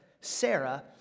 Sarah